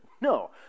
No